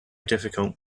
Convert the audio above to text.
difficult